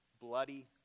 Bloody